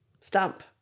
stamp